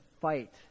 fight